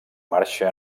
marxa